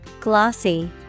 Glossy